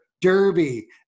derby